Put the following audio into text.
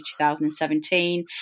2017